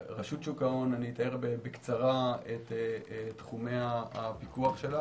אתאר בקצרה את תחומי הפיקוח של רשות שוק ההון,